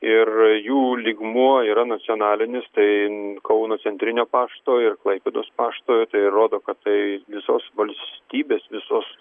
ir jų lygmuo yra nacionalinis tai kauno centrinio pašto ir klaipėdos pašto tai rodo kad tai visos valstybės visos